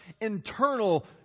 internal